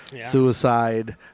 suicide